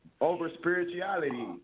over-spirituality